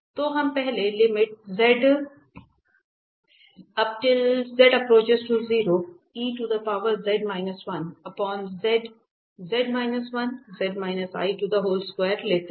तो हम पहले लेते हैं